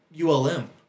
ULM